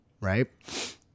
Right